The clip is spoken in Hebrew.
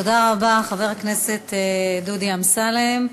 תודה רבה, חבר הכנסת דודי אמסלם.